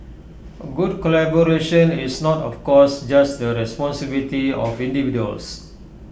good collaboration is not of course just the responsibility of individuals